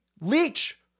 leech